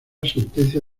sentencia